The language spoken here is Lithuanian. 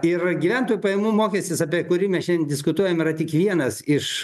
ir gyventojų pajamų mokestis apie kurį mes šiandien diskutuojam yra tik vienas iš